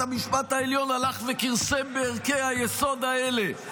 המשפט העליון הלך וכרסם בערכי היסוד האלה,